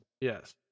Yes